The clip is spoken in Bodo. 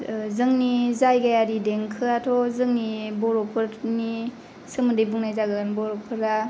जोंनि जायगायारि देंखोआथ जोंनि बर'फोरनि सोमोनदै बुंनाय जागोन